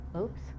Oops